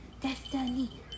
Destiny